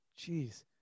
Jeez